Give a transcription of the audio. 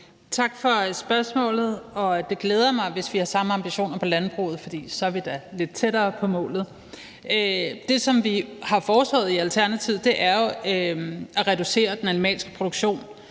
Tak for spørgsmålet. Det glæder mig, hvis vi har samme ambitioner i forhold til landbruget, for så er vi da lidt tættere på målet. Det, som vi har foreslået i Alternativet, er jo at reducere den animalske produktion.